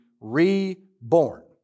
reborn